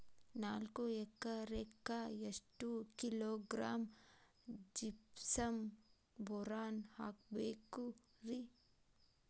ನಾಲ್ಕು ಎಕರೆಕ್ಕ ಎಷ್ಟು ಕಿಲೋಗ್ರಾಂ ಜಿಪ್ಸಮ್ ಬೋರಾನ್ ಹಾಕಬೇಕು ರಿ?